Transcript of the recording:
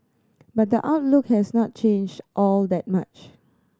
but the outlook has not changed all that much